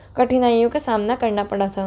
कठिनाइयों का सामना करना पड़ा था